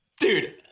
Dude